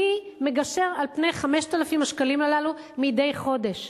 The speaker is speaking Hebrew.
מי מגשר על פני 5,000 השקלים הללו מדי חודש?